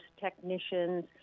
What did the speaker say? technicians